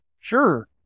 Sure